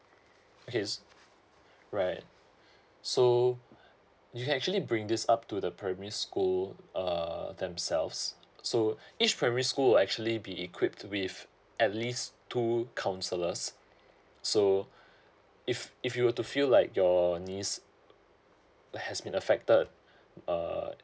okay right so you can actually bring this up to the primary school uh themselves so each primary school will actually be equipped with at least two counselors so if if you were to feel like your niece has been affected uh